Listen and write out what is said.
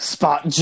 Spot